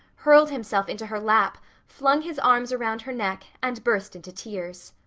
hurled himself into her lap, flung his arms around her neck, and burst into tears.